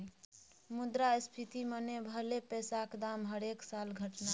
मुद्रास्फीति मने भलौ पैसाक दाम हरेक साल घटनाय